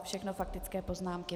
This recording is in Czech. Všechno faktické poznámky.